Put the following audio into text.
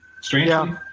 strangely